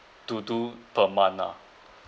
to do per month ah